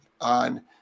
on